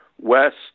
west